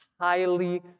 highly